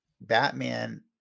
Batman